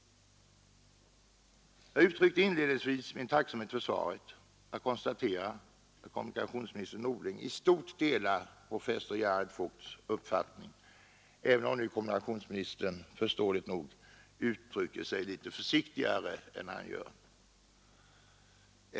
Jag uttryckte inledningsvis min tacksamhet för svaret och konstaterade att kommunikationsminister Norling i stort sett delar professor Gerhard Voigts uppfattning, även om kommunikationsministern förståeligt nog uttrycker sig litet försiktigare än professor Voigt gör.